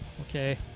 Okay